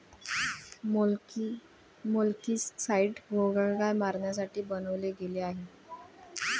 molluscicides गोगलगाय मारण्यासाठी बनवले गेले आहे